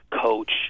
coach